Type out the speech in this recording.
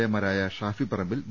എമാരായ Shafi Parambil V